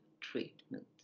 treatment